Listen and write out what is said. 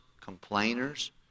complainers